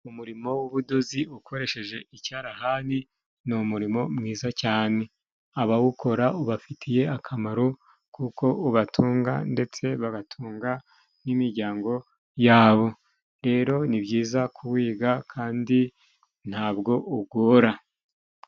Umurimo w'ubudozi ukoresheje icyarahani ni umurimo mwiza cyane. Abawukora ubafitiye akamaro kuko ubatunga, ndetse bagatunga n'imiryango yabo. Rero ni byiza kuwiga kandi ntabwo ugora.